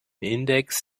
index